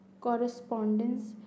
correspondence